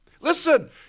Listen